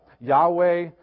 Yahweh